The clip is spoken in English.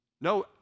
No